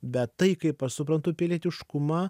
bet tai kaip aš suprantu pilietiškumą